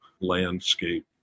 landscape